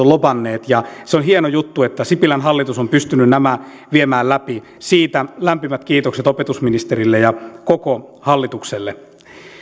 ovat lobanneet ja se on hieno juttu että sipilän hallitus on pystynyt nämä viemään läpi siitä lämpimät kiitokset opetusministerille ja koko hallitukselle